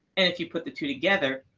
if you put the two together,